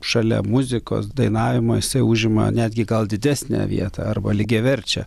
šalia muzikos dainavimo jisai užima netgi gal didesnę vietą arba lygiaverčią